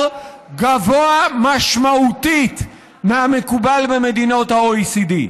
גבוה משמעותית מהמקובל במדינות ה-OECD.